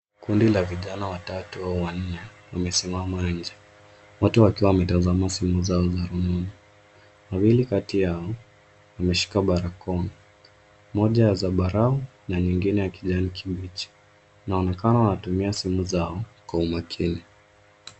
Kundi la vijana watatu au wanne wamesimama nje wote wakiwa wametazama simu zao za rununu. Wawili kati yao, wameshika barakoa moja ya zambarua na nyingine ya kijani kibichi inaonekana wanatumia simu zao kwa umakini.